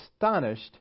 astonished